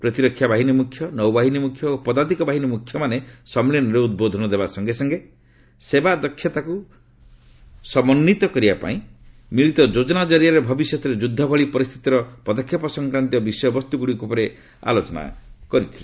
ପ୍ତିରକ୍ଷା ବାହିନୀମ୍ରଖ୍ୟ ନୌବାହିନୀ ମ୍ରଖ୍ୟ ଓ ପଦାତିକବାହିନୀ ମ୍ରଖ୍ୟ ମାନେ ସମ୍ମିଳନୀରେ ଉଦ୍ବୋଧନ ଦେବା ସଙ୍ଗେ ସଙ୍ଗେ ସେବା ଦକ୍ଷତାକୁ ସମୋନୀତ କରିବା ଏବଂ ମିଳିତ ଯୋଜନା ଜରିଆରେ ଭବିଷ୍ୟତରେ ଯୁଦ୍ଧ ଭଳି ପରିସ୍ଥିତିରେ ପଦକ୍ଷେପ ସଂକ୍ରାନ୍ତୀୟ ବିଷୟବସ୍ତୁଗୁଡିକ ଉପରେ କମାଶ୍ଡରମାନଙ୍କ ସହ ଆଲୋଚନା କରିଥିଲେ